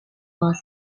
bus